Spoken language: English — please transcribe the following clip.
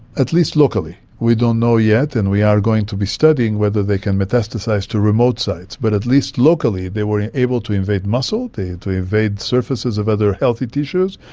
at least locally. we don't know yet and we are going to be studying whether they can metastasise to remote sites, but at least locally they were able to invade muscle, to invade surfaces of other healthy tissues,